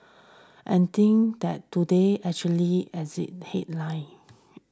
and think that today actually edited its headline